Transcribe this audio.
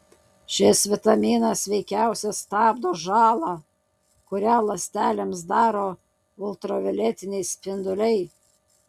šis vitaminas veikiausiai stabdo žalą kurią ląstelėms daro ultravioletiniai spinduliai